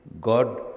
God